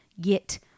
get